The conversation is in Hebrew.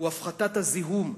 הוא הפחתת הזיהום,